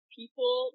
people